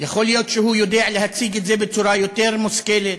יכול להיות שהוא יודע להציג את זה בצורה יותר מושכלת,